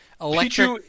electric